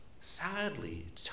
sadly